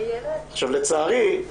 עכשיו, לצערי,